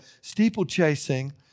steeplechasing